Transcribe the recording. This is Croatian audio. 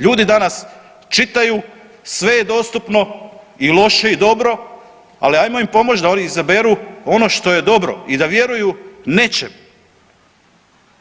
Ljudi danas čitaju, sve je dostupno i loše i dobro, ali ajmo im pomoći da oni izaberu ono što je dobro i da vjeruju nečem